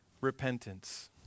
repentance